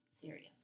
serious